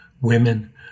women